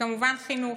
וכמובן חינוך.